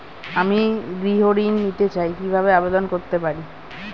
আমি গৃহ ঋণ নিতে চাই কিভাবে আবেদন করতে পারি?